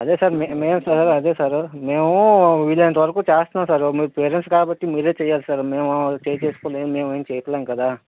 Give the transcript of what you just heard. అదే సార్ మేము సార్ అదే సారు మేమూ వీలైనంత వరకు చేస్తున్నాం సారు మీరు పేరెంట్స్ కాబట్టి మీరే చెయ్యాలి సార్ మేమూ చెయ్యిచేసుకోలేం మేమేం చేయలేం కదా